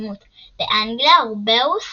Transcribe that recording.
ולקוסמות באנגליה, רובאוס